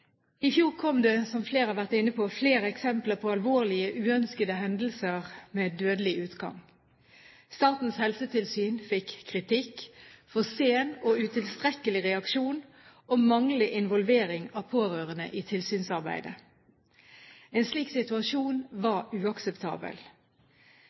I fjor kom det, som flere har vært inne på, frem flere eksempler på alvorlige uønskede hendelser med dødelig utgang. Statens helsetilsyn fikk kritikk for sen og utilstrekkelig reaksjon og manglende involvering av pårørende i tilsynsarbeidet. En slik situasjon var